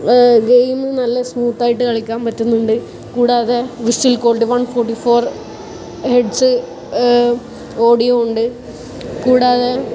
game നല്ല smooth ആയിട്ട് കളിക്കാൻ പറ്റുന്നുണ്ട് കൂടാതെ visual quality one forty four hertz audio ഉണ്ട് കൂടാതെ